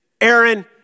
Aaron